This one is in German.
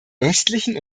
östlichen